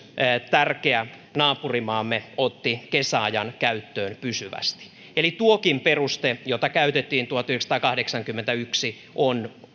tärkeä naapurimaamme otti kesäajan käyttöön pysyvästi eli tuokin peruste jota käytettiin tuhatyhdeksänsataakahdeksankymmentäyksi on